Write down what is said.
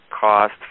cost